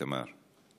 תמר,